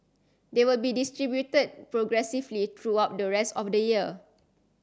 they will be distributed progressively throughout the rest of the year